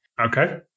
Okay